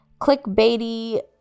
clickbaity